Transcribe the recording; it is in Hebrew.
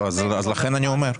לכן אני אומר.